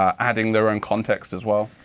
adding their own context as well?